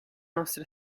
nostra